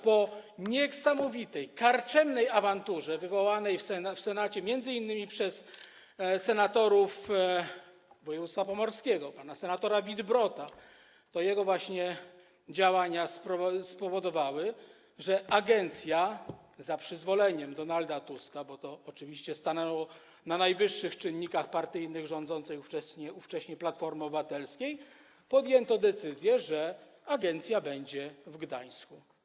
Po niesamowitej, karczemnej awanturze wywołanej w Senacie m.in. przez senatorów województwa pomorskiego, pana senatora Wittbrodta - to jego właśnie działania to spowodowały - za przyzwoleniem Donalda Tuska, bo to oczywiście stanęło na forum najwyższych czynników partyjnych ówczesnej, rządzącej Platformy Obywatelskiej, podjęto decyzję, że agencja będzie w Gdańsku.